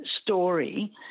story